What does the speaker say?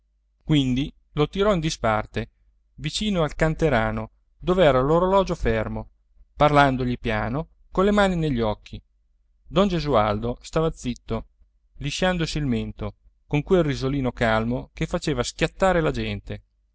quindi lo tirò in disparte vicino al canterano dov'era l'orologio fermo parlandogli piano con le mani negli occhi don gesualdo stava zitto lisciandosi il mento con quel risolino calmo che faceva schiattare la gente